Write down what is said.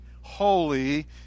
holy